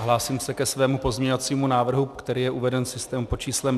Hlásím se ke svému pozměňovacímu návrhu, který je uveden v systému pod číslem 2116.